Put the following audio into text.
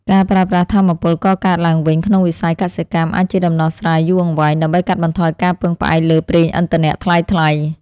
ការប្រើប្រាស់ថាមពលកកើតឡើងវិញក្នុងវិស័យកសិកម្មអាចជាដំណោះស្រាយយូរអង្វែង ដើម្បីកាត់បន្ថយការពឹងផ្អែកលើប្រេងឥន្ធនៈថ្លៃៗ។